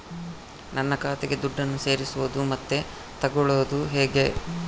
ನನ್ನ ಖಾತೆಗೆ ದುಡ್ಡನ್ನು ಸೇರಿಸೋದು ಮತ್ತೆ ತಗೊಳ್ಳೋದು ಹೇಗೆ?